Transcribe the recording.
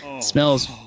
Smells